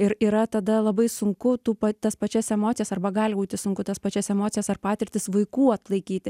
ir yra tada labai sunku tų pa tas pačias emocijas arba gali būti sunku tas pačias emocijas ar patirtis vaikų atlaikyti